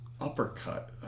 uppercut